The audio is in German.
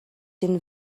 den